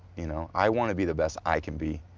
you know i want to be the best i can be.